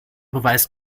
beweis